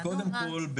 אז קודם כל,